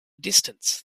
distance